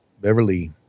Beverly